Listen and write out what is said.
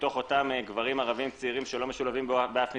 מתוך אותם גברים ערבים צעירים שלא משולבים באף מסגרת,